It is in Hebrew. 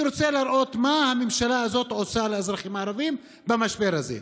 אני רוצה להראות מה הממשלה הזאת עושה לאזרחים הערבים במשבר הזה.